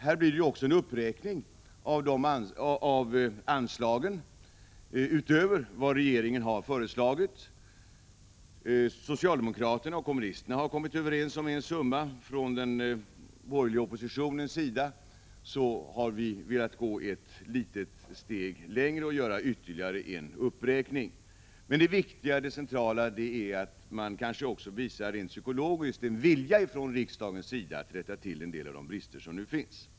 Det blir också en uppräkning av anslagen till denna utbildning utöver vad regeringen har föreslagit. Socialdemokraterna och kommunisterna har kommit överens om en summa. Från den borgerliga oppositionens sida har vi dock velat gå ett litet steg längre och göra ytterligare en uppräkning. Men det centrala är att man rent psykologiskt visar en vilja från riksdagens sida att rätta till de brister som i dag finns.